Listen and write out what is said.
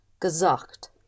gesagt